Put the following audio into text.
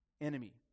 enemy